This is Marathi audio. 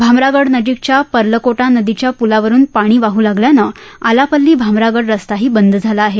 भामरागड नजीकच्या पर्लकोटा नदीच्या पुलावरुन पाणी वाहू लागल्याने आलापल्ली भामरागड रस्ताही बंद झाला आहे